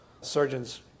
surgeons